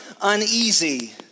uneasy